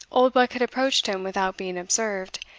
oldbuck had approached him without being observed,